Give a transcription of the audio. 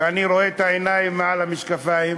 שאני רואה את העיניים מעל המשקפיים,